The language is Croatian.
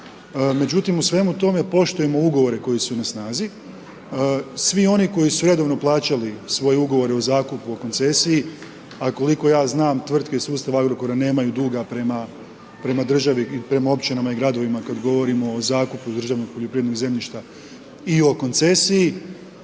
Međutim, u svemu tome poštujemo ugovore koji su na snazi. Svi oni koji su redovno plaćali svoje ugovore o zakupu, o koncesiji, a koliko ja znam, tvrtke iz sustav Agrokora, nemaju duga prema državi i prema općinama i gradovima, kada govorimo o zakupu državnog poljoprivrednog zemljišta i o koncesiji.